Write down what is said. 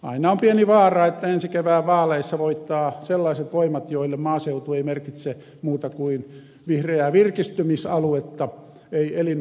aina on pieni vaara että ensi kevään vaaleissa voittavat sellaiset voimat joille maaseutu ei merkitse muuta kuin vihreää virkistymisaluetta ei elinolosuhteita